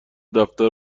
دفتر